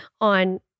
on